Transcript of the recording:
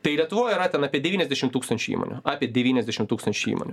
tai lietuvoj yra ten apie devyniasdešim tūkstančių įmonių apie devyniasdešim tūkstančių įmonių